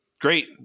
great